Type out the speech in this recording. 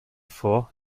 vor